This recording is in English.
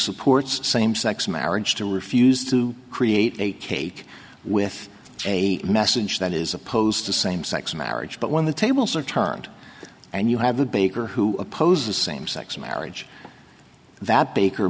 supports same sex marriage to refuse to create a cake with a message that is opposed to same sex marriage but when the tables are turned and you have a baker who opposes same sex marriage that baker